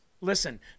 listen